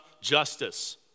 justice